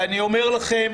אני אומר לכם,